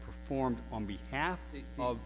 performed on behalf of